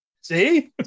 see